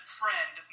friend